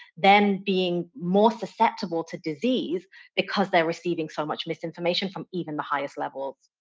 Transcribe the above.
then being more susceptible to disease because they're receiving so much misinformation from even the highest levels.